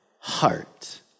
heart